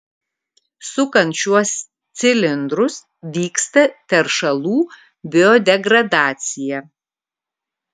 sukant šiuos cilindrus vyksta teršalų biodegradacija